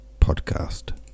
Podcast